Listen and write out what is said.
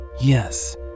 Yes